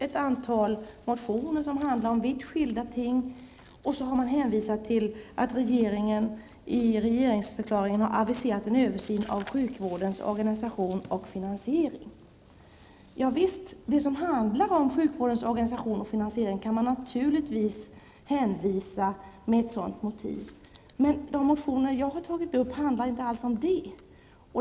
Ett antal motioner, som handlar om vitt skilda ting, har buntats ihop, och sedan har man hänvisat till att regeringen i regeringsförklaringen har aviserat en översyn av sjukvårdens organisation och finansiering. Ett sådant motiv kan naturligtvis användas när det gäller motioner som handlar om sjukvårdens organisation och finansiering, men de motioner jag har väckt handlar inte alls om detta.